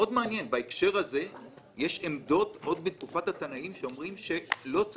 מאוד מעניין שבהקשר הזה יש עמדות עוד בתקופת התנאים שאומרות שאי-אפשר